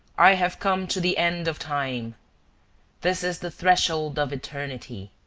i have come to the end of time this is the threshold of eternity.